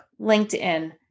LinkedIn